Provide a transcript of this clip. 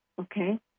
Okay